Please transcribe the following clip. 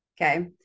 okay